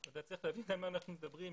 צריך להבין על מה אנחנו מדברים.